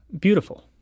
Beautiful